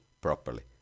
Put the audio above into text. properly